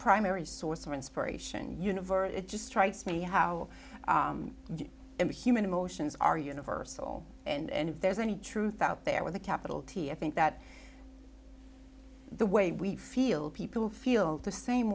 primary source of inspiration universe it just strikes me how i'm a human emotions are universal and if there's any truth out there with a capital t i think that the way we feel people feel the same